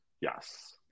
Yes